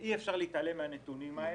ואי אפשר להתעלם מהנתונים האלה,